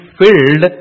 filled